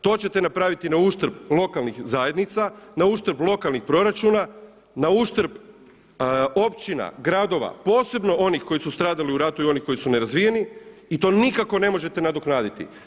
To ćete napraviti na uštrb lokalnih zajednica, na uštrb lokalnih proračuna, na uštrb općina, gradova, posebno onih koji su stradali u ratu i onih koji su nerazvijeni i to nikako ne možete nadoknaditi!